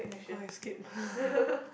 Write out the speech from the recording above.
okay skip